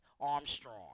Armstrong